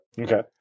okay